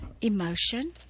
emotion